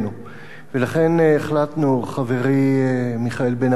ולכן החלטנו, חברי מיכאל בן-ארי ואני,